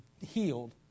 healed